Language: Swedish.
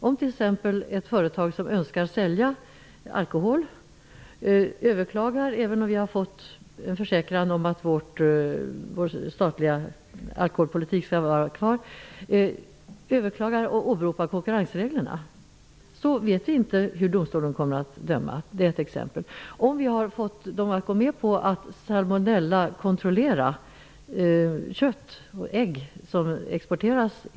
Om t.ex. ett företag som önskar sälja alkohol överklagar och åberopar konkurrensreglerna, så vet vi inte hur domstolen kommer att döma, även om vi har fått en försäkran om att vår statliga alkoholpolitik skall vara kvar.